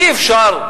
אי-אפשר.